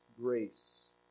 grace